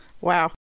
Wow